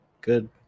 Good